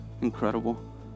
Incredible